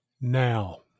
now